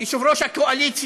אדוני השר,